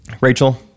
Rachel